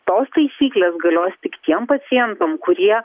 tos taisyklės galios tik tiem pacientam kurie